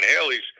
Haley's